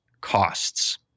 costs